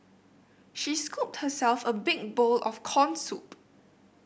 she scooped herself a big bowl of corn soup